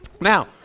Now